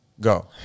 go